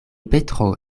petro